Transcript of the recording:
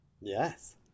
yes